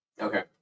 Okay